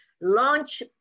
launch